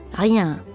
rien